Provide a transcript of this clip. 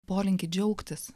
polinkį džiaugtis